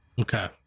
Okay